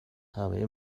همه